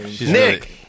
Nick